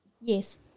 Yes